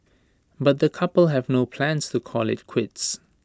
but the couple have no plans to call IT quits